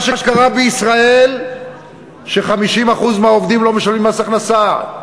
מה שקרה בישראל הוא ש-50% מהעובדים לא משלמים מס הכנסה.